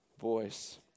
voice